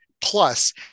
plus